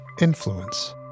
Influence